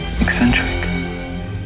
eccentric